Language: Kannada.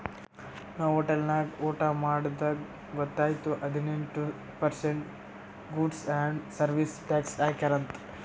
ನಾವ್ ಹೋಟೆಲ್ ನಾಗ್ ಊಟಾ ಮಾಡ್ದಾಗ್ ಗೊತೈಯ್ತು ಹದಿನೆಂಟ್ percent goods and service tax ಹಾಕ್ಯಾರ್ ಅಂತ್